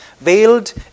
veiled